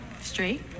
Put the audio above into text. Straight